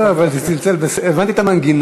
לא, אבל הבנתי את המנגינה.